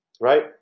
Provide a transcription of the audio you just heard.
right